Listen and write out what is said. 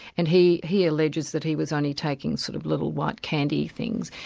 and he he alleges that he was only taking sort of little white candy things,